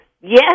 Yes